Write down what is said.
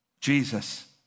Jesus